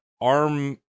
arm